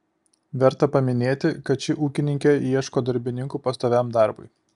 verta paminėti kad ši ūkininkė ieško darbininkų pastoviam darbui